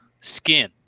skin